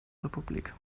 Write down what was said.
republik